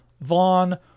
vaughn